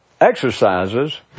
exercises